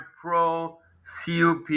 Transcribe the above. pro-CUP